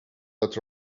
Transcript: that